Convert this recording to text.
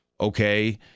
okay